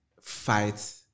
fight